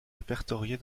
répertoriés